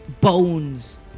bones